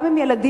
גם עם ילדים,